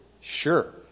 sure